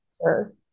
sure